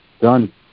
done